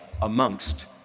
amongst